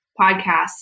podcasts